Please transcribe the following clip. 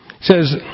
says